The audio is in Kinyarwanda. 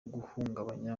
guhungabanya